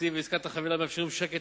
התקציב ועסקת החבילה מאפשרים שקט